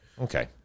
Okay